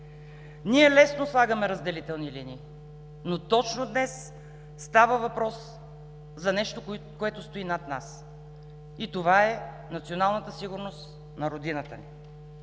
Ние лесно слагаме разделителни линии, но точно днес става въпрос за нещо, което стои над нас и това е националната сигурност на Родината ни.